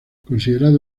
considerado